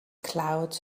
clouds